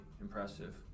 impressive